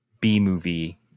B-movie